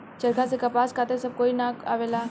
चरखा से कपास काते सब कोई के ना आवेला